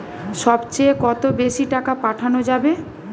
সব চেয়ে কত বেশি টাকা পাঠানো যাবে?